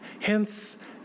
Hence